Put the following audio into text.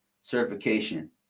certification